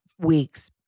weeks